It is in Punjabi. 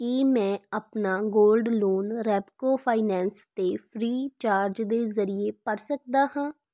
ਕੀ ਮੈਂ ਆਪਣਾ ਗੋਲਡ ਲੋਨ ਰੈਪਕੋ ਫਾਈਨੈਂਸ 'ਤੇ ਫ੍ਰੀ ਚਾਰਜ ਦੇ ਜ਼ਰੀਏ ਭਰ ਸਕਦਾ ਹਾਂ